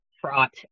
fraught